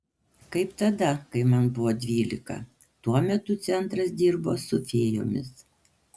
kaip tada kai man buvo dvylika tuo metu centras dirbo su fėjomis